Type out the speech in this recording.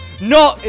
no